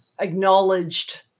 acknowledged